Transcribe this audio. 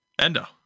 Endo